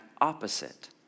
opposite